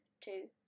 two